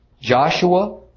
Joshua